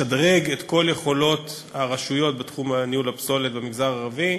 לשדרג את כל יכולות הרשויות בתחום ניהול הפסולת במגזר הערבי.